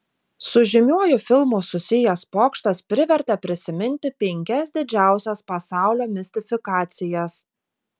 su žymiuoju filmu susijęs pokštas privertė prisiminti penkias didžiausias pasaulio mistifikacijas